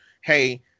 Hey